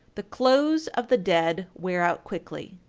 the clothes of the dead wear out quickly.